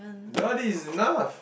ya this is enough